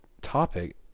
topic